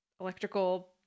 electrical